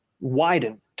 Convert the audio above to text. widen